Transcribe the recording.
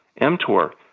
mTOR